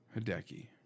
Hideki